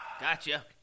Gotcha